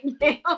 now